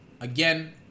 again